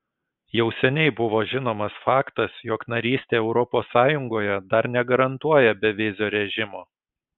jau seniai buvo žinomas faktas jog narystė europos sąjungoje dar negarantuoja bevizio režimo